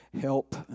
help